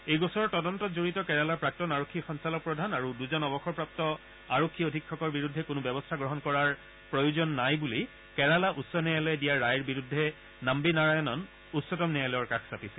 এই গোচৰৰ তদন্তত জড়িত কেৰালাৰ প্ৰাক্তন আৰক্ষী সঞ্চালকপ্ৰধান আৰু দুজন অৱসৰপ্ৰাপ্ত আৰক্ষী অধীক্ষকৰ বিৰুদ্ধে কোনো ব্যৱস্থা গ্ৰহণ কৰাৰ প্ৰয়োজন নাই বুলি কেৰালা উচ্চ ন্যায়ালয়ে দিয়া ৰায়ৰ বিৰুদ্ধে নাম্বি নাৰায়ণন উচ্চতম ন্যায়ালয়ৰ কাষ চাপিছিল